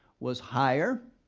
was higher.